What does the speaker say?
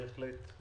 בהחלט.